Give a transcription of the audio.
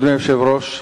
אדוני היושב-ראש,